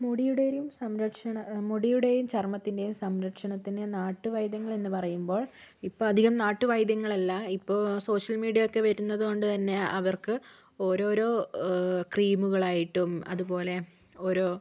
മുടിയുടെയും സംരക്ഷണ മുടിയുടെയും ചർമ്മത്തിൻ്റെയും സംരക്ഷണത്തിന് നാട്ടുവൈദ്യങ്ങൾ എന്ന് പറയുമ്പോൾ ഇപ്പം അധികം നാട്ടുവൈദ്യങ്ങളല്ല ഇപ്പോൾ സോഷ്യൽ മീഡിയയൊക്കെ വരുന്നത് കൊണ്ട് തന്നെ അവർക്ക് ഓരോരോ ക്രീമുകളായിട്ടും അതുപോലെ ഓരോ